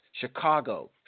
Chicago